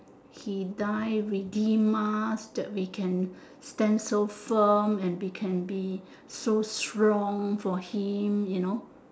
he die retain us that we can stand so firm and we can be so strong for him you know